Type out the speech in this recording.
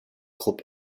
krupp